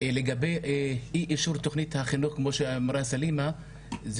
לגבי אי אישור תוכנית החינוך כמו שאמרה סלימה,